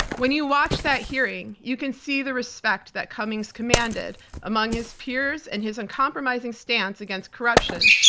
when you watch that hearing, you can see the respect that cummings commanded among his peers and his uncompromising stance against corruption.